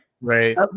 right